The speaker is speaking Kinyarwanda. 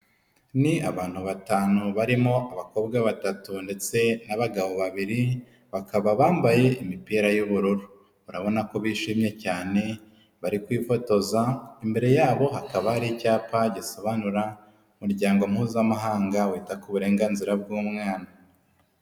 Ni abantu batanu barimo abakobwa batatu ndetse n'abagabo babiri, bakaba bambaye imipira y'ubururu. Urabona ko bishimye cyane bari kwifotoza, imbere yabo hakaba hari icyapa gisobanura umuryango mpuzamahanga wita ku burenganzira bw'umwana.